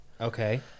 okay